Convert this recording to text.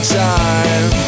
time